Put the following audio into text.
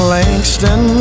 Langston